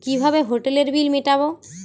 কিভাবে হোটেলের বিল মিটাব?